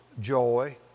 joy